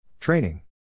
Training